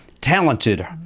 talented